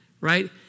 right